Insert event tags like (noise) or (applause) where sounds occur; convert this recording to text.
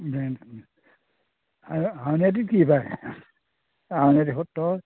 (unintelligible) আউনিআটীত কি পায় আউনিআটী সত্ৰত